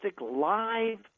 live